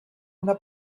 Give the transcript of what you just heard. una